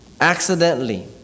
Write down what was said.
accidentally